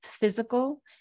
physical